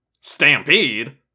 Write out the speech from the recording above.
Stampede